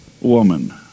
woman